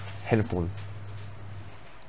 handphone